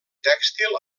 tèxtil